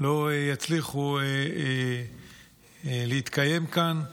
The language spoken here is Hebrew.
לא יצליחו להתקיים כאן.